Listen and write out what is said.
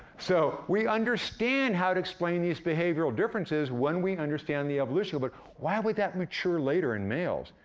so, we understand how to explain these behavioral differences when we understand the evolution. but why would that mature later in males?